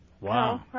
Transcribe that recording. Wow